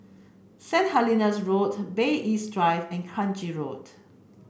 Saint Helena's Road Bay East Drive and Kranji Road